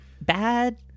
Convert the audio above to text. bad